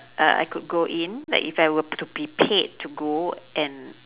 uh I could go in like if I were to be paid to go and